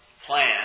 plan